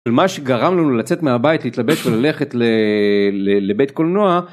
למה שגרם לנו לצאת מהבית להתלבש וללכת לבית קולנוע.